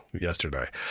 yesterday